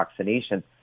vaccinations